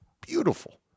beautiful